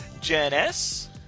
Janice